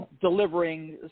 delivering